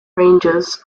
rangers